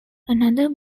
another